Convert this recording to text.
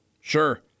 Sure